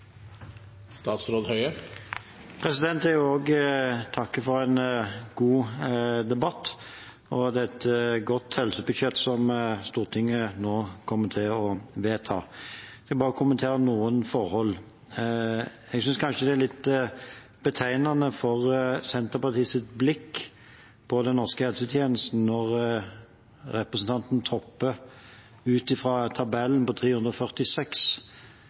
et godt helsebudsjett som Stortinget nå kommer til å vedta. Jeg vil bare kommentere noen forhold. Jeg synes kanskje det er litt betegnende for Senterpartiets blikk på den norske helsetjenesten når representanten Toppe ut ifra tabellen på side 346,